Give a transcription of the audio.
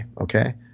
Okay